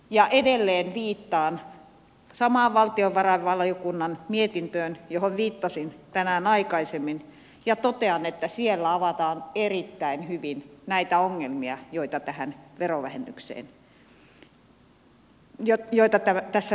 ja edelleen viittaan samaan valtiovarainvaliokunnan mietintöön johon viittasin tänään aikaisemmin ja totean että siellä avataan erittäin hyvin näitä ongelmia joita tässä verovähennysmallissa on